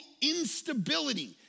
instability